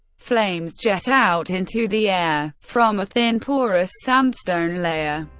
flames jet out into the air from a thin, porous sandstone layer.